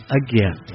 again